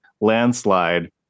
Landslide